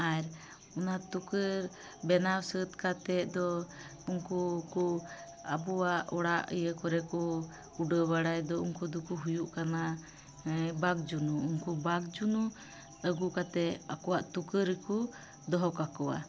ᱟᱨ ᱚᱱᱟ ᱛᱩᱠᱟᱹ ᱵᱮᱱᱟᱣ ᱥᱟᱹᱛ ᱠᱟᱛᱮᱫ ᱫᱚ ᱩᱱᱠᱩ ᱠᱩ ᱟᱵᱚᱣᱟᱜ ᱚᱲᱟᱜ ᱤᱭᱟᱹ ᱠᱚᱨᱮ ᱠᱚ ᱩᱰᱟᱹᱣ ᱵᱟᱲᱟᱭ ᱫᱚ ᱩᱱᱠᱩ ᱫᱚᱠᱚ ᱦᱩᱭᱩᱜ ᱠᱟᱱᱟ ᱵᱟᱜᱽᱡᱩᱱᱩ ᱩᱱᱠᱩ ᱵᱟᱜᱽᱡᱩᱱᱩ ᱟᱹᱜᱩ ᱠᱟᱛᱮ ᱟᱠᱚᱣᱟᱜ ᱛᱩᱠᱟᱹ ᱨᱮᱠᱚ ᱫᱚᱦᱚ ᱠᱟᱠᱚᱣᱟ